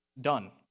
Done